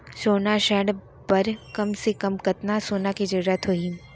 सोना ऋण बर कम से कम कतना सोना के जरूरत होही??